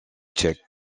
tchèque